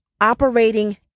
operating